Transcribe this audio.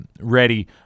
ready